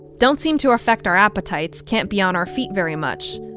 don't seem to affect our appetites. can't be on our feet very much.